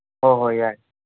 ꯍꯣꯏ ꯍꯣꯏ ꯌꯥꯏ